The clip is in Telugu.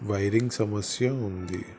వైరింగ్ సమస్య ఉంది